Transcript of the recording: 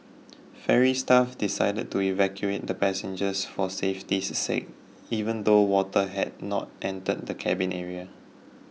ferry staff decided to evacuate the passengers for safety's sake even though water had not entered the cabin area